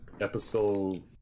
episode